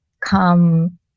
come